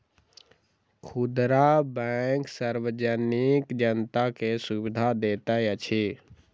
खुदरा बैंक सार्वजनिक जनता के सुविधा दैत अछि